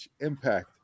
Impact